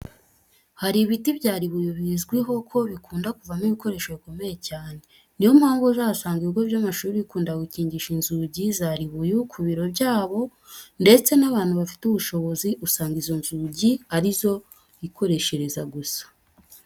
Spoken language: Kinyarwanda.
Hari ibiti bya ribuyu bizwiho ko bikunda kuvamo ibikoresho bikomera cyane. Ni yo mpamvu uzasanga ibigo by'amashuri bikunda gukingisha inzugi za ribuyu ku biro byabo ndetse n'abantu bafite ubushobozi usanga izo nzugi ari zo bikoreshereza gusa.